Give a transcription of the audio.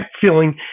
feeling